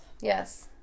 Yes